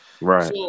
Right